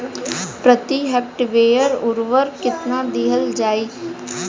प्रति हेक्टेयर उर्वरक केतना दिहल जाई?